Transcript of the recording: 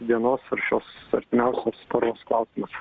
dienos ar šios artimiausios paros klausimas